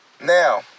Now